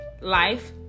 life